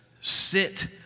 sit